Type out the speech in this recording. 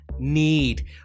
need